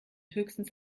höchstens